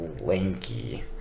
lanky